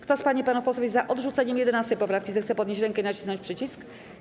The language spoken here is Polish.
Kto z pań i panów posłów jest za odrzuceniem 11. poprawki, zechce podnieść rękę i nacisnąć przycisk.